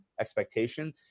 expectation